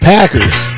Packers